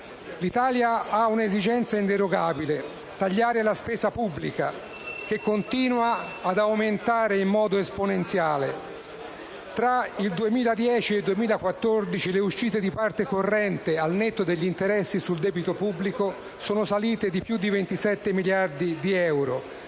L'Italia ha un'esigenza inderogabile: tagliare la spesa pubblica che continua ad aumentare in modo esponenziale. Tra il 2010 e il 2014 le uscite di parte corrente al netto degli interessi sul debito pubblico sono salite di più di 27 miliardi di euro.